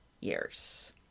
years